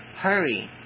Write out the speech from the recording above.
Hurry